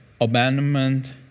abandonment